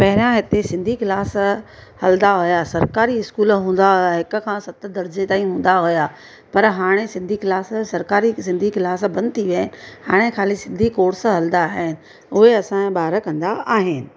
पहिरियों हिते सिंधी क्लास हलंदा हुआ सरकारी स्कूल हूंदा हुआ हिकु खां सत दर्जे ताईं हूंदा हुआ पर हाणे सिंधी क्लास सरकारी सिंधी क्लास बंदि थी विया आहिनि हाणे खाली सिंधी कोर्स हलंदा आहिनि उहे असांजा ॿार कंदा आहिनि